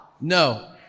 No